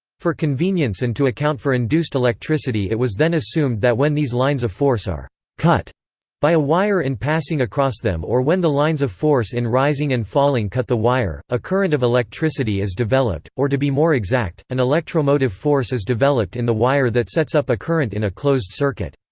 for convenience and to account for induced electricity it was then assumed that when these lines of force are cut by a wire in passing across them or when the lines of force in rising and falling cut the wire, a current of electricity is developed, or to be more exact, an electromotive force is developed in the wire that sets up a current in a closed circuit.